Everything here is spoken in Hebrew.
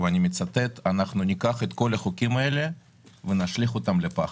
ואני מצטט: "אנחנו ניקח את כל החוקים האלה ונשליך אותם לפח".